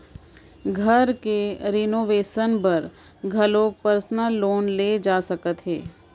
घर के रिनोवेसन बर घलोक परसनल लोन ले जा सकत हे